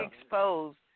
exposed